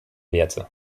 werte